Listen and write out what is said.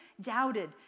doubted